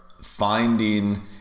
finding